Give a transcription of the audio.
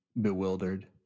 bewildered